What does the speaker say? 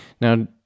Now